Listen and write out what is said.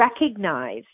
recognize